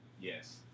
Yes